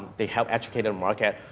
they help educate and market,